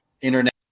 Internet